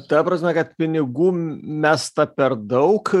ta prasme kad pinigų mesta per daug